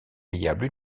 payable